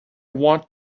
want